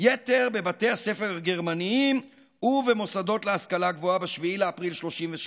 יתר בבתי הספר הגרמניים ובמוסדות להשכלה גבוהה ב-7 באפריל 1933,